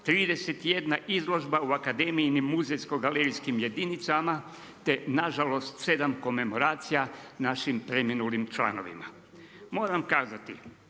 31 izložbe u akademijinim muzejsko-galerijskim jedinicama te nažalost 7 komemoracija našim preminulim članovima. Moram kazati